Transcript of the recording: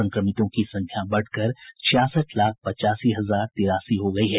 संक्रमितों की संख्या बढ़कर छियासठ लाख पचासी हजार तिरासी हो गयी है